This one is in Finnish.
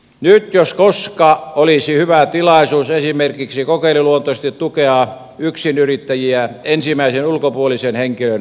nyt jos koska olisi hyvä tilaisuus esimerkiksi kokeiluluontoisesti tukea yksinyrittäjiä ensimmäisen ulkopuolisen henkilön palkkaukseen